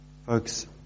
Folks